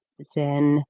then,